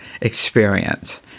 experience